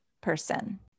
person